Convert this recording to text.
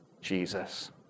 Jesus